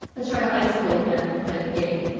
let's try to isolate them and play the game.